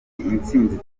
intsinzi